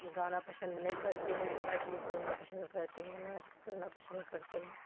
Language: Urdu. گانا پسند نہیں کرتے ہیں نظم سننا پسند کرتے ہیں نعت سننا پسند کرتے ہیں